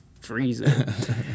freezer